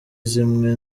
zimwe